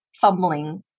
fumbling